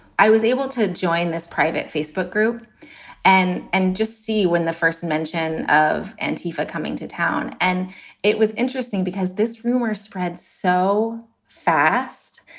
i was able to join this private facebook group and and just see when the first mention of antifa coming to town. and it was interesting because this rumor spread so fast.